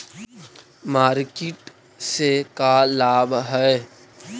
Market से का लाभ है?